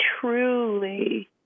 truly